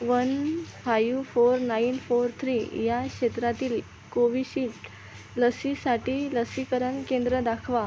one five four nine four three या क्षेत्रातील Covishield लसीसाठी लसीकरण केंद्र दाखवा